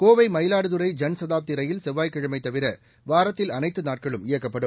Kovai Mayiladuthurai Janshatabdi rail செவ்வாய்க்கிழமை தவிர வாரத்தில் அனைத்து நாட்களும் இயக்கப்படும்